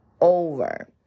over